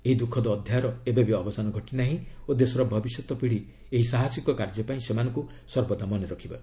ଏହି ଦୁଃଖଦ ଅଧ୍ୟାୟର ଏବେବି ଅବସାନ ଘଟିନାହିଁ ଓ ଦେଶର ଭବିଷ୍ୟତ ପିଢ଼ି ଏହି ସାହସିକ କାର୍ଯ୍ୟ ପାଇଁ ସେମାନଙ୍କୁ ସର୍ବଦା ମନେ ରଖିବେ